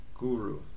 guru